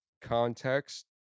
context